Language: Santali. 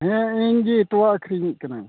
ᱦᱮᱸ ᱤᱧ ᱦᱮ ᱛᱳᱣᱟ ᱟᱹᱠᱷᱟᱨᱤ ᱤᱧ ᱠᱟᱱᱟᱹᱧ